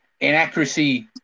Inaccuracy